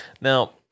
Now